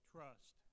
Trust